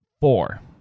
Four